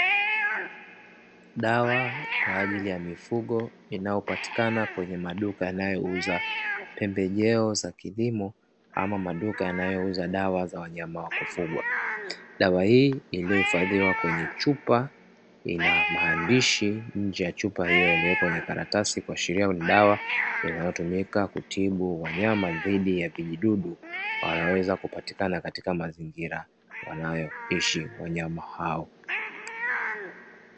Dawa kwa ajili ya mifugo inayopatikana kwenye maduka yanayouza pembejeo za kilimo ama maduka yanayouza dawa za wanyama wa kufugwa, dawa hii iliyohifashiwa kwenye chupa ina maandishi nje ya chupa hiyo iliyo kwenye karatasi kuashilia ni dawa inayotumika kutibu wanyama dhidi ya vijidudu, vinavyopatikana katika mazingira wanayoishi wanyama hao.